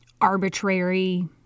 arbitrary